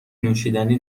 نوشیدنی